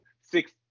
six